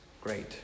great